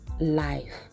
life